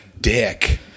dick